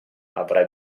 avrai